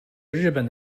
日本